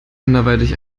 anderweitig